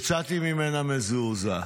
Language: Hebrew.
יצאתי ממנה מזועזע.